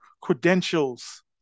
credentials